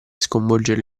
sconvolgere